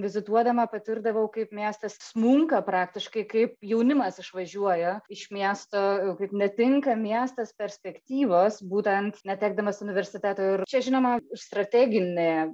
vizituodama patirdavau kaip miestas smunka praktiškai kaip jaunimas išvažiuoja iš miesto kaip netinka miestas perspektyvos būtent netekdamas universiteto ir čia žinoma strateginė